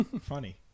Funny